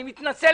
אני מתנצל